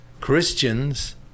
Christians